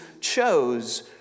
chose